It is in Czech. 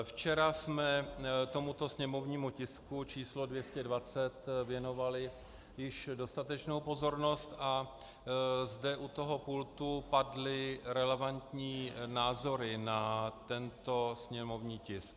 Včera jsme tomuto sněmovnímu tisku č. 220 věnovali již dostatečnou pozornost a zde u toho pultu padly relevantní názory na tento sněmovní tisk.